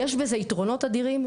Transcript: יש בזה יתרונות אדירים,